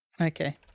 Okay